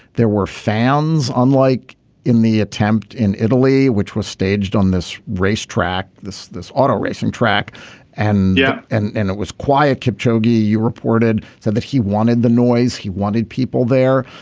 there were fans unlike in the attempt in italy which were staged on this racetrack this this auto racing track and yeah and and it was quiet kept yogi. you reported that that he wanted the noise. he wanted people there.